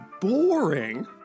boring